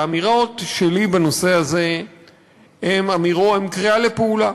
האמירות שלי בנושא הזה הן קריאה לפעולה.